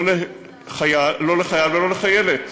לא לחייל ולא לחיילת,